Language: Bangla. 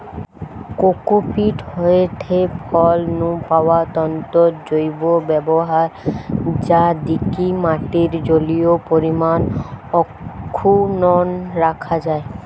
কোকোপীট হয়ঠে ফল নু পাওয়া তন্তুর জৈব ব্যবহার যা দিকি মাটির জলীয় পরিমাণ অক্ষুন্ন রাখা যায়